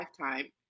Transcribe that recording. lifetime